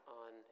on